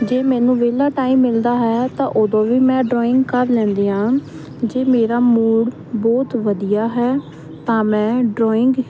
ਜੇ ਮੈਨੂੰ ਵਿਹਲਾ ਟਾਈਮ ਮਿਲਦਾ ਹੈ ਤਾਂ ਉਦੋਂ ਵੀ ਮੈਂ ਡਰਾਇੰਗ ਕਰ ਲੈਂਦੀ ਹਾਂ ਜੇ ਮੇਰਾ ਮੂਡ ਬਹੁਤ ਵਧੀਆ ਹੈ ਤਾਂ ਮੈਂ ਡਰਾਇੰਗ